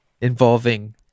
involving